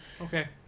Okay